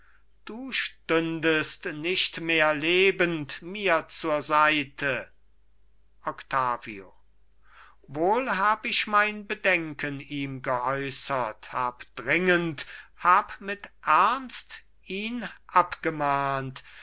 du stündest nicht mehr lebend mir zur seite octavio wohl hab ich mein bedenken ihm geäußert hab dringend hab mit ernst ihn abgemahnt